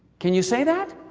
can you say that?